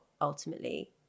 ultimately